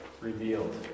Revealed